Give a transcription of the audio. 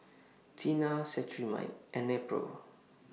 Tena Cetrimide and Nepro